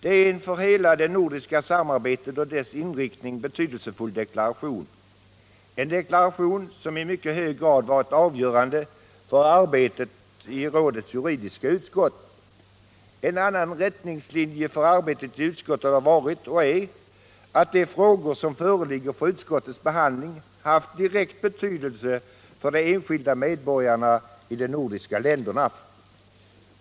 Det är en för hela det nordiska samarbetet och dess inriktning betydelsefull deklaration, en deklaration som i mycket hög grad varit avgörande för arbetet i rådets juridiska utskott. En annan riktlinje för arbetet i utskottet har varit och är att de frågor som föreligger för utskottets behandling haft direkt betydelse för de enskilda medborgarna i de nordiska länderna.